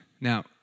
Now